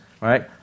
Right